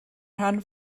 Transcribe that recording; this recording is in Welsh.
rhan